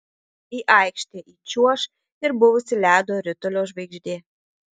į aikštę įčiuoš ir buvusi ledo ritulio žvaigždė